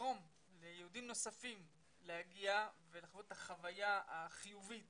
לגרום ליהודים נוספים להגיע ולחוות את החוויה החיובית